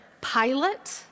pilot